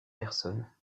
personnes